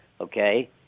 okay